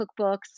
cookbooks